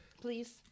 Please